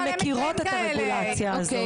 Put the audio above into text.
הן מכירות את הרגולציה הזאת.